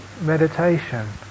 meditation